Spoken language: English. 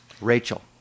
Rachel